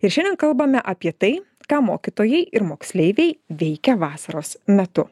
ir šiandien kalbame apie tai ką mokytojai ir moksleiviai veikia vasaros metu